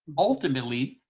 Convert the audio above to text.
ultimately,